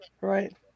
right